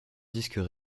disques